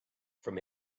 from